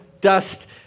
dust